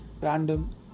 random